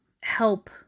help